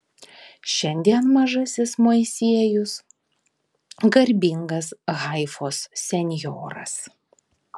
šiandien mažasis moisiejus garbingas haifos senjoras